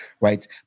right